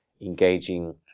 engaging